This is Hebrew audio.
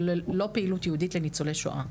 לא פעילות ייעודית לניצולי שואה,